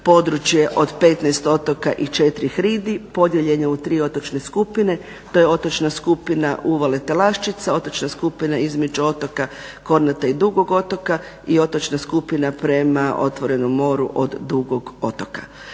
područje od 15 otoka i 4 hridi, podijeljen je u 3 otočne skupine. To je otočna skupina Uvale Telaščica, otočna skupina između otoka Kornata i Dugog otoka i otočna skupina prema otvorenom moru od Dugog otoka.